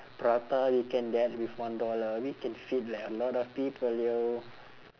prata you can get with one dollar we can feed like a lot of people yo